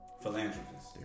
Philanthropist